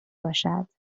باشد